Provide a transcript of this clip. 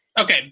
Okay